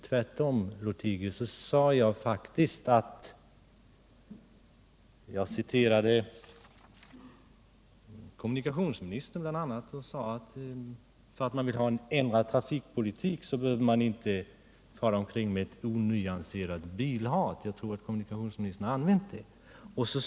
Tvärtom citerade jag bl.a. kommunikationsministern och sade: Därför att man vill ha en ändrad trafikpolitik behöver man inte fara omkring med ett ”onyanserat bilhat”. Jag tror att kommunikationsministern använde detta uttryck.